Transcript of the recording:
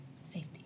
safety